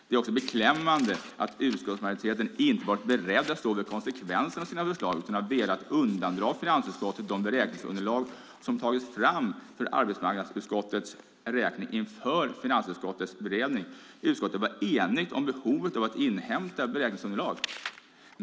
Det är beklämmande att utskottsmajoriteten inte har varit beredd att stå för konsekvenserna av sina förslag utan velat undandra finansutskottet de beräkningsunderlag som har tagits fram för arbetsmarknadsutskottets räkning inför finansutskottets beredning. Utskottet var enigt om behovet av att inhämta beräkningsunderlag.